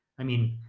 i mean,